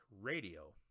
Radio